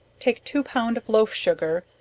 take two pound of loaf sugar,